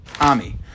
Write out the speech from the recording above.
Ami